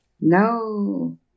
No